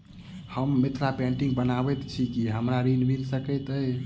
हम मिथिला पेंटिग बनाबैत छी की हमरा ऋण मिल सकैत अई?